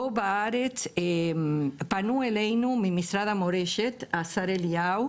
פה בארץ, פנו אלינו ממשרד המורשת השר אליהו,